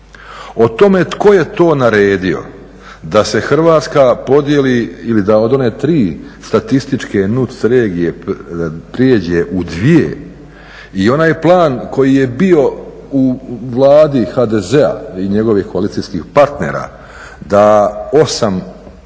O tome tko je to naredio da se Hrvatska podijeli ili da od one tri statističke …/Govornik se ne razumije./… prijeđe u dvije i onaj plan koji je bio u Vladi HDZ-a i njegovih koalicijskih partnera da 8